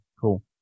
Cool